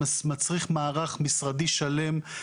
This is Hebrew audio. זה מצריך מערך משרדי שלם.